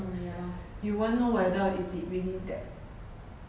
you won't know whether is it really that